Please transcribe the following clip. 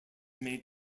made